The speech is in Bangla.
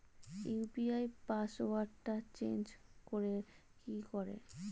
ইউ.পি.আই পাসওয়ার্ডটা চেঞ্জ করে কি করে?